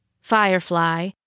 Firefly